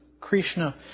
Krishna